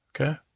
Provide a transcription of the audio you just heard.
Okay